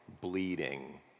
bleeding